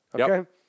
Okay